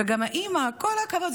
וגם האימא: כל הכבוד.